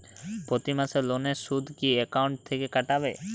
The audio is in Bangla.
প্রতি মাসে লোনের সুদ কি একাউন্ট থেকে কাটবে?